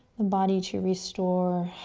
ah body to restore,